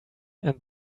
and